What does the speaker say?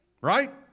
Right